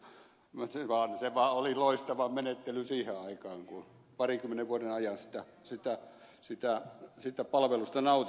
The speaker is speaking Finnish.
se vaan oli loistava menettely siihen aikaan kun parinkymmenen vuoden ajan siitä palvelusta nautin